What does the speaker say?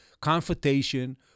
confrontation